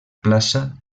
plaça